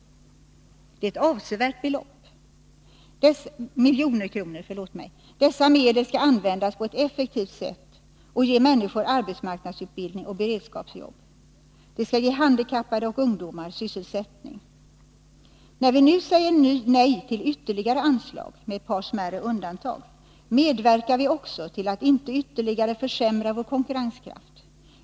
Det är ett avsevärt belopp. Dessa medel skall användas på ett effektivt sätt och ge människor arbetsmarknadsutbildning och beredskapsjobb. Vi skall ge handikappade och ungdomar sysselsättning. När vi nu, med ett par smärre undantag, säger nej till ytterligare anslag medverkar vi också till att företagens konkurrenskraft inte ytterligare försämras.